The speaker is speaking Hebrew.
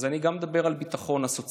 אז אני גם מדבר על ביטחון סוציאלי,